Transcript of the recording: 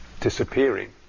disappearing